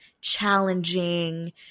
challenging